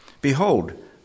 Behold